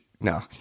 no